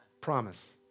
Promise